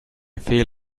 feel